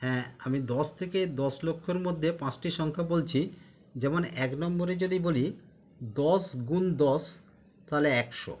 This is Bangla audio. হ্যাঁ আমি দশ থেকে দশ লক্ষর মধ্যে পাঁচটি সংখ্যা বলছি যেমন এক নম্বরে যদি বলি দশ গুণ দশ তাহলে একশো